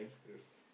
yes